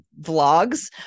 vlogs